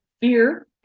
fear